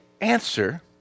answer